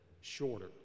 shorter